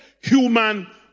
human